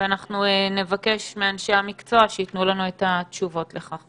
ואנחנו נבקש מאנשי המקצוע שייתנו לנו את התשובות לכך.